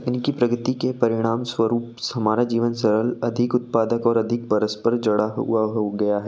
तकनीकी प्रगति के परिणामस्वरुप हमारा जीवन सरल अधिक उत्पादक और अधिक परस्पर जुड़ा हुआ हो गया है